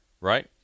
Right